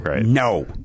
No